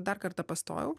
dar kartą pastojau